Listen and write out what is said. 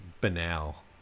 banal